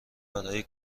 برای